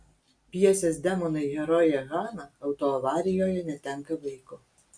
pjesės demonai herojė hana autoavarijoje netenka vaiko